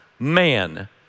Man